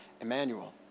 Emmanuel